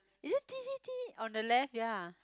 is it t_c_t on the left ya